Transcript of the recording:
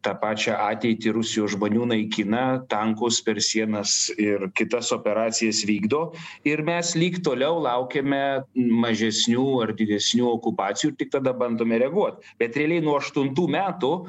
tą pačią ateitį rusijos žmonių naikina tankus per sienas ir kitas operacijas vykdo ir mes lyg toliau laukiame mažesnių ar didesnių okupacijų tik tada bandome reaguot bet realiai nuo aštuntų metų